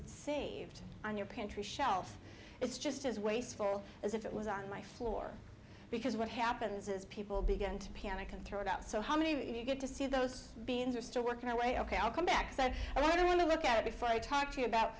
it's saved on your pantry shelf it's just as wasteful as if it was on my floor because what happens is people begin to panic and throw it out so how many of you get to see those beans are still working away ok i'll come back said i don't want to look at it before i talk to you about